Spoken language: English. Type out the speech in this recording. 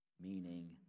meaning